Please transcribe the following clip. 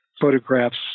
photographs